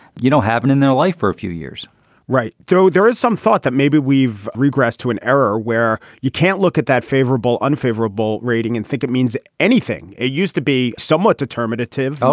you know, having in their life for a few years right through there is some thought that maybe we've regressed to an era where you can't look at that favorable unfavorable rating and think it means anything it used to be somewhat determinative.